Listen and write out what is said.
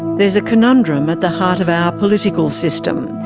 there's a conundrum at the heart of our political system.